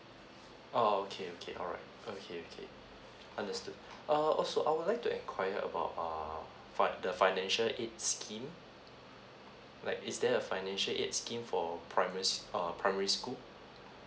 oh okay okay alright okay okay understood err also I would like to enquire about err for the financial aid scheme like is there a financial aid scheme for primary s~ err primary school